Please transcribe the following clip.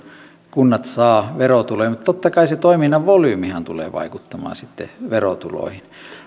kunnat saavat verotuloja mutta totta kai se toiminnan volyymihan tulee vaikuttamaan sitten verotuloihin